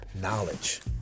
knowledge